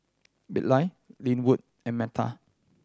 Bilal Linwood and Metta